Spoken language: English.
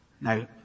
now